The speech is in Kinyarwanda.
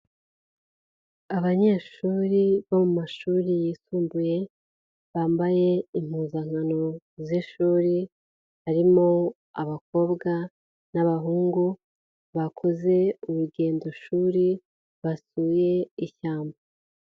Abanyeshuri bo mu mashuri yisumbuye bambaye impuzankano z'ishuri harimo abakobwa n'abahungu bakoze urugendoshuri basuye ishyamba.